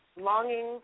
longing